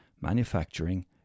Manufacturing